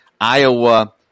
Iowa